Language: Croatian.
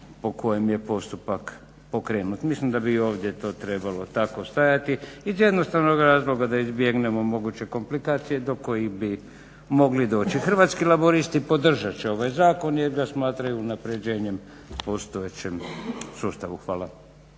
po kojem je postupak pokrenut. Mislim da bi i ovdje to trebalo tako stajati iz jednostavnog razloga da izbjegnemo moguće komplikacije do kojih bi mogli doći. Hrvatski laburisti podržat će ovaj Zakon jer ga smatraju unapređenjem postojećem sustavu. Hvala.